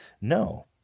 no